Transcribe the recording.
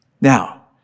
Now